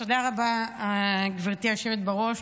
תודה רבה, גברתי היושבת בראש.